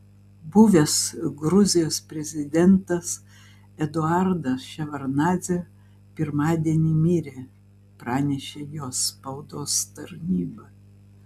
buvęs gruzijos prezidentas eduardas ševardnadzė pirmadienį mirė pranešė jo spaudos tarnyba